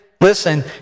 Listen